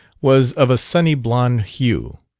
was of a sunny blond hue.